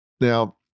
Now